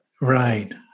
right